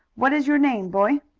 what is your name, boy?